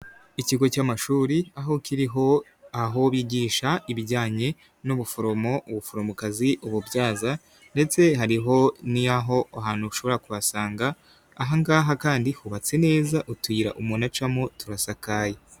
Ikigo cy'amashuri aho kiriho aho bigisha ibijyanye n'ubuforomo, ubuforomokazi, ububyaza, ndetse hariho n'aho hantu ushobora kuhasanga. Ahangaha kandi hubatse neza utuyira umuntu acamo turasakaye.